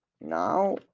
Now